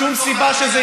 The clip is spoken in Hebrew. שום סיבה שזה יעלה לו עוד.